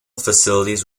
facilities